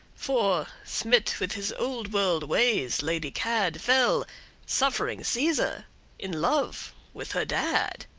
for, smit with his old world ways, lady cadde fell suffering caesar in love with her dad!